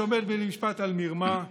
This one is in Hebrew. שעומד למשפט על מרמה,